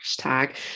hashtag